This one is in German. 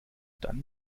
dann